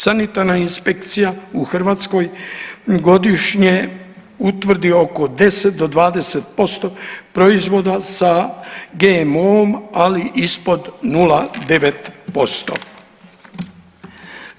Sanitarna inspekcija u Hrvatskoj godišnje utvrdi oko 10 do 20% proizvoda sa GMO-om, ali ispod 0,9%